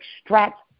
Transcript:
extract